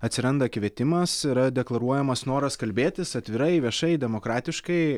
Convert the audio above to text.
atsiranda kvietimas yra deklaruojamas noras kalbėtis atvirai viešai demokratiškai